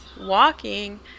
walking